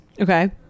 Okay